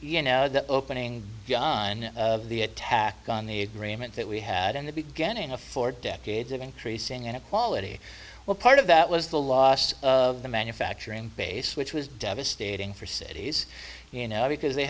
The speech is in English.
you know opening on the attack on the arraignment that we had in the beginning a four decades of increasing inequality well part of that was the last of the manufacturing base which was devastating for cities you know because they